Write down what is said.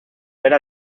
era